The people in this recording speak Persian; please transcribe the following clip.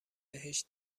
بهش